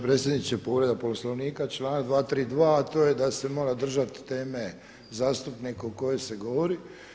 predsjedniče, povreda Poslovnika članak 232. a to je da se mora držati teme zastupnik koji govori.